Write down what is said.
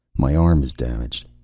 my arm is damaged.